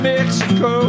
Mexico